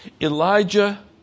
Elijah